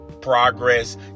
progress